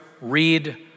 read